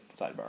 sidebar